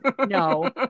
no